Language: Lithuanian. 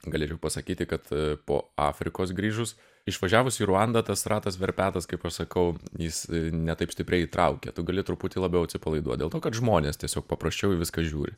galėčiau pasakyti kad po afrikos grįžus išvažiavus į ruandą tas ratas verpetas kaip aš sakau jis ne taip stipriai įtraukė tu gali truputį labiau atsipalaiduot dėl to kad žmonės tiesiog paprasčiau į viską žiūri